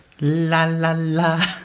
la-la-la